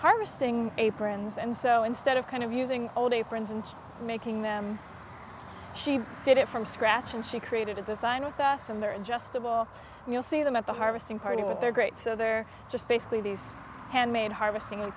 harvesting aprons and so instead of kind of using old aprons and me king them she did it from scratch and she created a design with us and there in just a ball you'll see them at the harvesting party with their great so they're just basically these handmade harvesting i